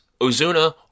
Ozuna